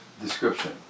description